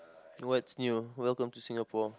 what's new welcome to Singapore